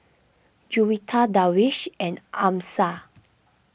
Juwita Darwish and Amsyar